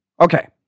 okay